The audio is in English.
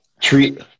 treat